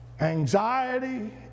anxiety